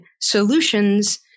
solutions